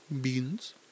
Beans